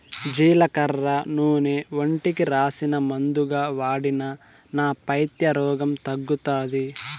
జీలకర్ర నూనె ఒంటికి రాసినా, మందుగా వాడినా నా పైత్య రోగం తగ్గుతాది